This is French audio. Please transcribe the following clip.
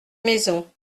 maisons